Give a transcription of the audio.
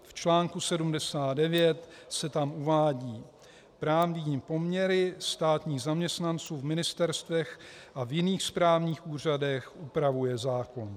V článku 79 se tam uvádí: Právní poměry státních zaměstnanců v ministerstvech a v jiných správních úřadech upravuje zákon.